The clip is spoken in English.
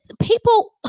people